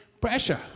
Pressure